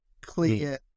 clear